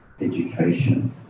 education